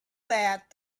that